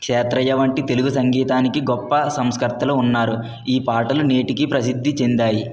క్షేత్రయ్య వంటి తెలుగు సంగీతానికి గొప్ప సంస్కర్తలు ఉన్నారు ఈ పాటలు నేటికి ప్రసిద్ధి చెందాయి